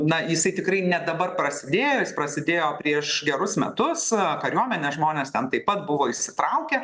na jisai tikrai ne dabar prasidėjo jis prasidėjo prieš gerus metus kariuomenė žmonės ten taip pat buvo įsitraukę